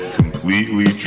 completely